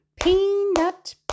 peanut